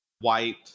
white